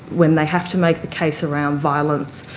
when they have to make the case around violence